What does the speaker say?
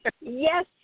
yes